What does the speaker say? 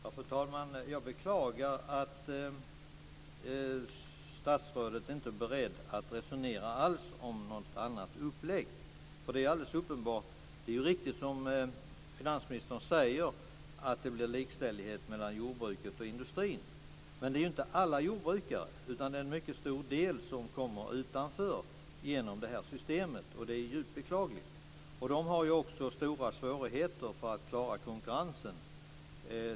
Fru talman! Jag beklagar att statsrådet inte alls är beredd att resonera om något annat upplägg. Det är riktigt, som finansministern säger, att det blir likställighet mellan jordbruket och industrin. Men det gäller inte alla jordbrukare, utan en mycket stor del kommer utanför genom det här systemet. Det är djupt beklagligt. De har också stora svårigheter att klara konkurrensen.